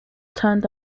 turned